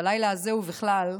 בלילה הזה ובכלל,